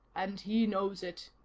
and he knows it.